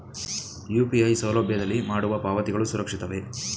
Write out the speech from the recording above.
UPI ಸೌಲಭ್ಯದಲ್ಲಿ ಮಾಡುವ ಪಾವತಿಗಳು ಸುರಕ್ಷಿತವೇ?